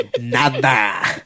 Nada